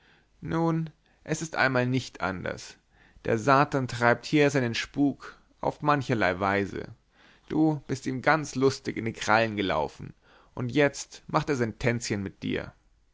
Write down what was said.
nun es ist einmal nicht anders der satan treibt hier seinen spuk auf mancherlei weise du bist ihm ganz lustig in die krallen gelaufen und er macht jetzt sein tänzchen mit dir